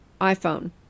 iPhone